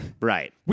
Right